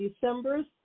December